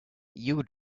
you